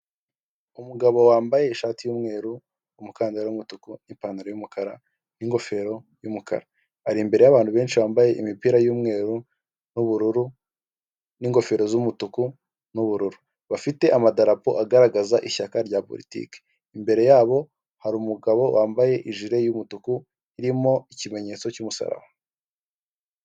Umugabo wambaye ishati y'umweru, umukandara w'umutuku n'ipantalo y'umukara n'ingofero y'umukara ari imbere y'abantu benshi bambaye imipira y'umweru n'ubururu n'ingofero z'umutuku n'ubururu bafite amadapo agaragaza ishyaka rya politiki, imbere y'abo hari umugabo wambaye ijire y'umutuku irimo ikimenyetso cy'umusaraba.